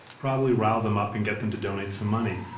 probably rile them up and get them to donate some money.